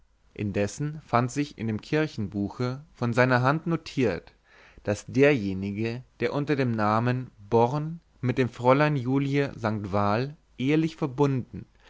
indessen fand sich in dem kirchenbuche von seiner hand notiert daß derjenige den er unter dem namen born mit dem fräulein julie st val ehelich verbunden